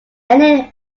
many